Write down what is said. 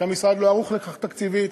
והמשרד לא ערוך לכך תקציבית.